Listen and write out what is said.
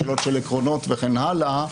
שאלות של עקרונות וכן הלאה,